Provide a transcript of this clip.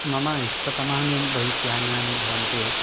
मम इष्टतमानि बैक् यानानि भवन्ति